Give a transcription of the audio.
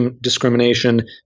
discrimination